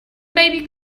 baby